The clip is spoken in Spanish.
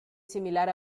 similar